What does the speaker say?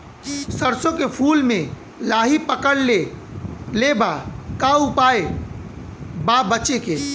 सरसों के फूल मे लाहि पकड़ ले ले बा का उपाय बा बचेके?